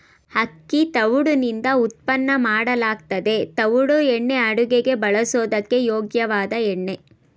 ಅಕ್ಕಿ ತವುಡುನಿಂದ ಉತ್ಪನ್ನ ಮಾಡಲಾಗ್ತದೆ ತವುಡು ಎಣ್ಣೆ ಅಡುಗೆಗೆ ಬಳಸೋದಕ್ಕೆ ಯೋಗ್ಯವಾದ ಎಣ್ಣೆ